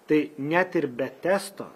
tai net ir be testo